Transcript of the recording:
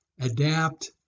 adapt